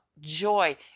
joy